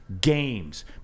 Games